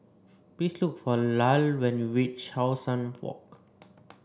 please look for Lyle when you reach How Sun Walk